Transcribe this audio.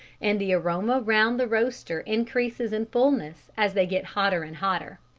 and the aroma round the roaster increases in fullness as they get hotter and hotter.